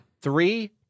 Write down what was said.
Three